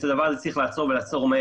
את הדבר הזה צריך לעצור מהר.